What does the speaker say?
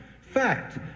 Fact